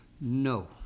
No